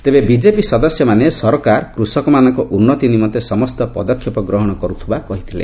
ତେବେ ବିଜେପି ସଦସ୍ୟମାନେ ସରକାର କୃଷକମାନଙ୍କ ଉନ୍ନତି ନିମନ୍ତେ ସମସ୍ତ ପଦକ୍ଷେପ ଗ୍ରହଣ କରୁଥିବା କହିଥିଲେ